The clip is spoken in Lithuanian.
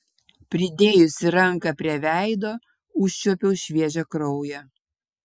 pridėjusi ranką prie veido užčiuopiau šviežią kraują